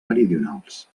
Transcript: meridionals